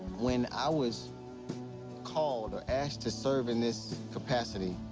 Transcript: when i was called, or asked, to serve in this capacity,